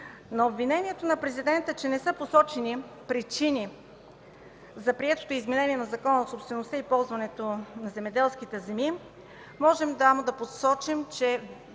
На обвинението на Президента, че не са посочени причини за приетото изменение на Закона за собствеността и ползването на земеделските земи можем само да посочим, че